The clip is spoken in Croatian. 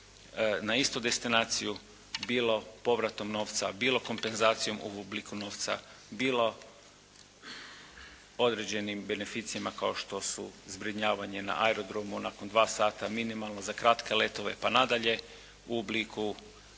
na istu destinaciju, bilo povratom novca, bilo kompenzacijom u obliku novca, bilo određenim beneficijama kao što su zbrinjavanje na aerodromu nakon 2 sata minimalno za kratke letove, pa nadalje u obliku